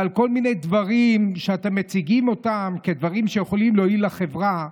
וכל מיני דברים שאתם מציגים כדברים שיכולים להועיל לחברה,